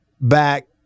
Back